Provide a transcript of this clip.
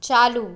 चालू